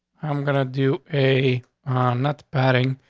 i'm gonna do a not padding.